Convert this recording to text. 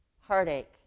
heartache